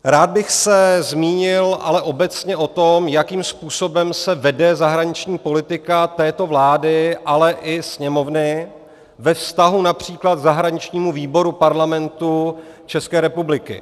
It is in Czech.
Rád bych se zmínil ale obecně o tom, jakým způsobem se vede zahraniční politika této vlády, ale i Sněmovny ve vztahu například k zahraničnímu výboru Parlamentu České republiky.